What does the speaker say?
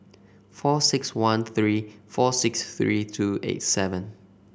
four six one three four six three two eight seven